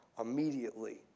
immediately